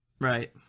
right